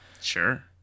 sure